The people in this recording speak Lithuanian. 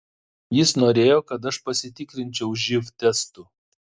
jis norėjo kad aš pasitikrinčiau živ testu